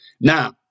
Now